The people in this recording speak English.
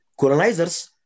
colonizers